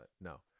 no